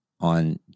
On